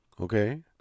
okay